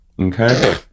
okay